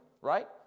right